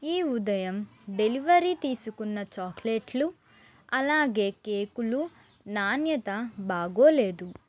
ఈ ఉదయం డెలివరీ తీసుకున్న చాక్లేట్లు అలాగే కేకులు నాణ్యత బాగోలేదు